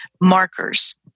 markers